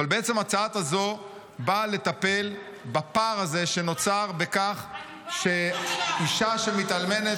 אבל בעצם ההצעה הזאת באה לטפל בפער הזה שנוצר בכך שאישה שמתאלמנת,